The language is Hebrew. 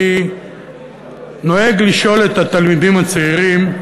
אני נוהג לשאול את התלמידים הצעירים: